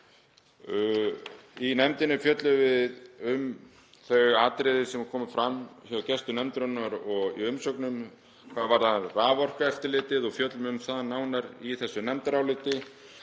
Í nefndinni fjölluðum við um þau atriði sem komu fram hjá gestum nefndarinnar og í umsögnum hvað varðar raforkueftirlitið og fjöllum um það nánar í þessu nefndaráliti.